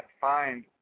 find